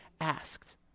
asked